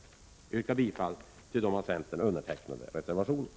Jag yrkar bifall till de av centern undertecknade reservationerna.